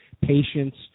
patients